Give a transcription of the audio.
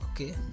Okay